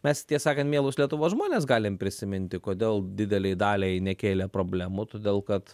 mes ties sakant mielus lietuvos žmones galim prisiminti kodėl didelei daliai nekėlė problemų todėl kad